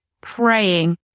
praying